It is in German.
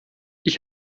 ich